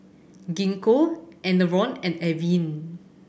Gingko Enervon and Avene